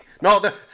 no